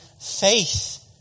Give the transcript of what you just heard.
faith